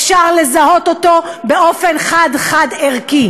אפשר לזהות אותו באופן חד-חד-ערכי.